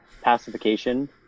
Pacification